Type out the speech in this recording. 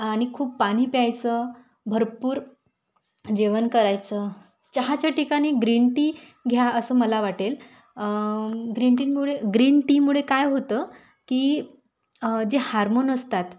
आणि खूप पाणी प्यायचं भरपूर जेवण करायचं चहाच्या ठिकाणी ग्रीन टी घ्या असं मला वाटेल ग्रीन टीनमुळे ग्रीन टीमुळे काय होतं की जे हार्मोन असतात